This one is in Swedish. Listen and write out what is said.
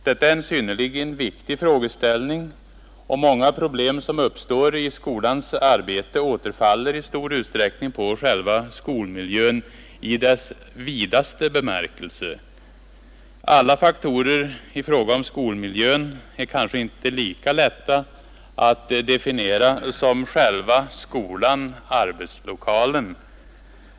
Detta är en synnerligen viktig frågeställning, och många problem som uppstår i skolans arbete återfaller på själva skolmiljön i dess vidaste bemärkelse. Alla faktorer i fråga om skolmiljön kanske inte är lika lätta att definiera som själva skolan — arbetslokalen.